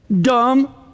dumb